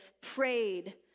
prayed